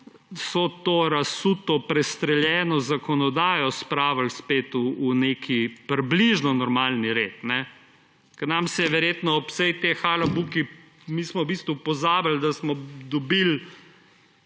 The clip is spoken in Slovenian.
vso to razsuto, prestreljeno zakonodajo spravili spet v nek približno normalni red. Ker smo verjetno ob vsej tej halabuki v bistvu pozabili, da smo dobili